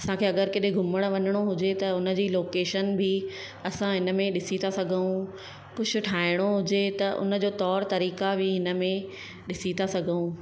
असांखे अगरि केॾे घुमणु वञिणो हुजे त उन जी लोकेशन बि असां इन में ॾिसी था सघूं कुझु ठाहिणो हुजे त उन जो तौर तरीक़ा बि हिन में ॾिसी था सघूं